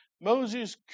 Moses